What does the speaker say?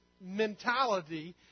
mentality